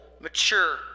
mature